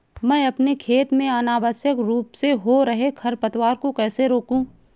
मैं अपने खेत में अनावश्यक रूप से हो रहे खरपतवार को कैसे रोकूं?